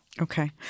Okay